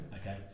Okay